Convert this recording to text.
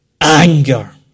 anger